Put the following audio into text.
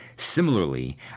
Similarly